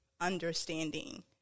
understanding